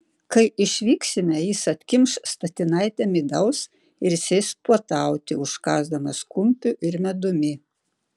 kai išvyksime jis atkimš statinaitę midaus ir sės puotauti užkąsdamas kumpiu ir medumi